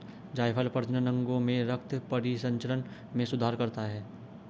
जायफल प्रजनन अंगों में रक्त परिसंचरण में सुधार करता है